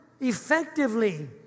effectively